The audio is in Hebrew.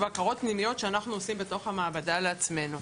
ובקרות פנימיות שאנחנו עושים בתוך המעבדה לעצמנו,